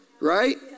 Right